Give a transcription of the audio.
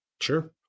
Sure